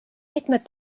mitmed